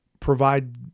provide